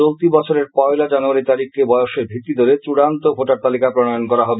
চলতি বছরের পয়লা জানুয়ারী তারিখকে বয়সের ভিত্তি ধরে চূড়ান্ত ভোটার তালিকা প্রনয়ণ করা হবে